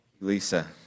Lisa